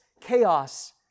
chaos